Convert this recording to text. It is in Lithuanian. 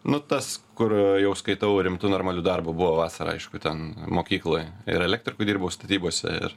nu tas kur jau skaitau rimtu normaliu darbu buvo vasarą aišku ten mokykloj ir elektriku dirbau statybose ir